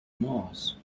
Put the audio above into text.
mars